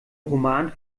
roman